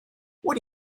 what